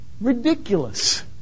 ridiculous